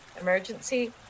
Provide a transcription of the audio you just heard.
emergency